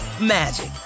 magic